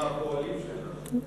הם הפועלים שלנו.